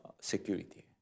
security